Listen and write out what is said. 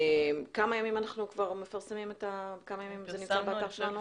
כמה ימים זה נמצא באתר שלנו?